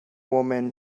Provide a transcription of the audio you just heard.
woman